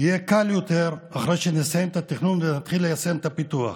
יהיה קל יותר אחרי שנסיים את התכנון ונתחיל ליישם את הפיתוח.